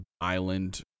island